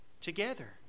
together